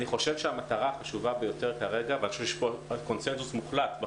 אני חושב שהמטרה החשובה ביותר כרגע ושיש קונצנזוס מוחלט על